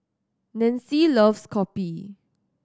Nancy loves kopi